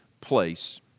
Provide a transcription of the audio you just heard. place